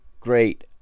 great